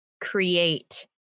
create